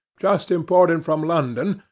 just imported from london,